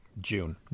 June